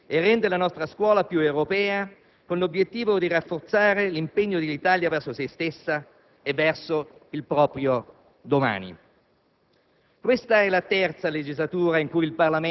Tutto ciò va a vantaggio degli studenti e rende la nostra scuola più europea, con l'obiettivo di rafforzare l'impegno dell'Italia verso sé stessa e verso il proprio domani.